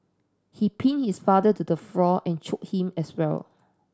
he pin his father to the floor and chok him as well